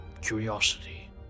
curiosity